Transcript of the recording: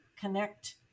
connect